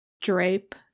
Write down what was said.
drape